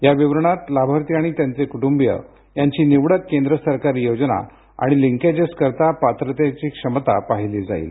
या विवरणात लाभार्थी आणि त्यांचे कुटुंबीय यांची निवडक केंद्र सरकारी योजना आणि लिंकेजेसकरिता पात्रतेची क्षमता पाहिली जाईल